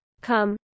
Come